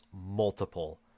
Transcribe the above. multiple